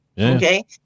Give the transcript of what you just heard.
Okay